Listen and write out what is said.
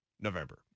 November